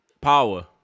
Power